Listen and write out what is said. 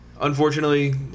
unfortunately